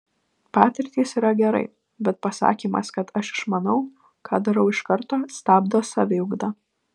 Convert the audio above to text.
patirtys yra gerai bet pasakymas kad aš išmanau ką darau iš karto stabdo saviugdą